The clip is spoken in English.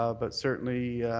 ah but certainly